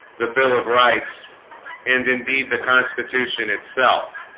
the bill of rights and indeed the constitution itself